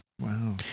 Wow